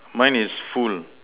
mine is full